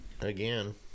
again